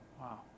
Wow